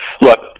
look